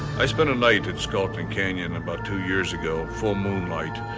i spent a night at skeleton canyon about two years ago, full moonlight.